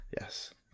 Yes